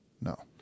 No